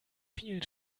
vielen